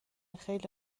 خیلی